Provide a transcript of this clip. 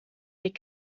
die